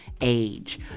age